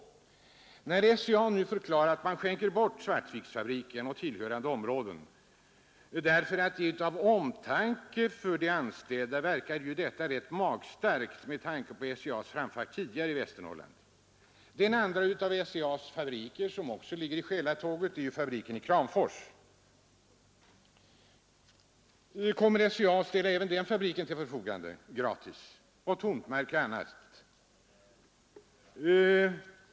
När SCA nu förklarar att man skänker bort Svartviksfabriken och tillhörande områden av omtanke om de anställda verkar detta rätt magstarkt med tanke på SCA :s uppträdande tidigare i Västernorrland. Den andra av SCA :s massafabriker som ligger i själatåget är Kramforsfabriken. Kommer SCA att ställa även den fabriken och tomtmarken till förfogande gratis?